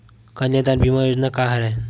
कन्यादान बीमा योजना का हरय?